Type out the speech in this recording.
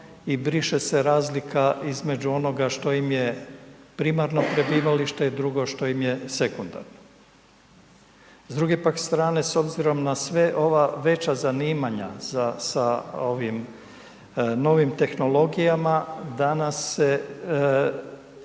i briše se razlika između onoga što ime primarno prebivalište i drugo što im je sekundarno. S druge pak strane s obzirom na sve ova veća zanimanja za, sa ovim novim tehnologijama danas se